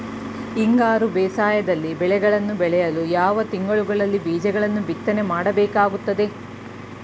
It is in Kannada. ಹಿಂಗಾರು ಬೇಸಾಯದಲ್ಲಿ ಬೆಳೆಗಳನ್ನು ಬೆಳೆಯಲು ಯಾವ ತಿಂಗಳುಗಳಲ್ಲಿ ಬೀಜಗಳನ್ನು ಬಿತ್ತನೆ ಮಾಡಬೇಕಾಗುತ್ತದೆ?